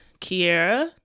Kiera